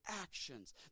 actions